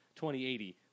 2080